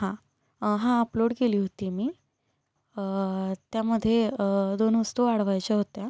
हां हां अपलोड केली होती मी त्यामध्ये दोन वस्तू वाढवायच्या होत्या